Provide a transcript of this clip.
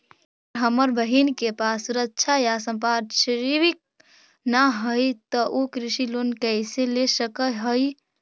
अगर हमर बहिन के पास सुरक्षा या संपार्श्विक ना हई त उ कृषि लोन कईसे ले सक हई?